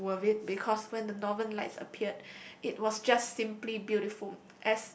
was worth it because when the Northern Lights appeared it was just simply beautiful